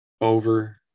Over